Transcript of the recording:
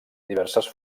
diverses